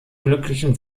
glücklichen